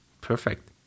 Perfect